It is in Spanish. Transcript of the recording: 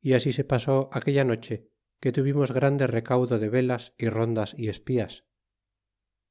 y así se pasó aquella noche que tuvimos grande recaudo de velas y rondas y espías